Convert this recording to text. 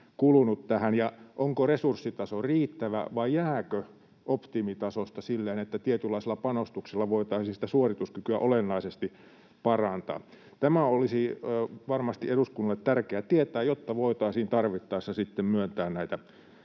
onko resurssitaso riittävä vai jääkö optimitasosta silleen, että tietynlaisella panostuksella voitaisiin sitä suorituskykyä olennaisesti parantaa? Tämä olisi varmasti eduskunnalle tärkeä tietää, jotta voitaisiin tarvittaessa sitten myöntää